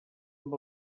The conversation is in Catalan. amb